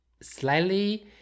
slightly